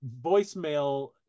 voicemail